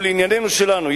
ולענייננו שלנו,